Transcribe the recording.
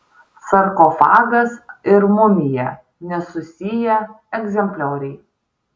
sarkofagas ir mumija nesusiję egzemplioriai